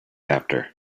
after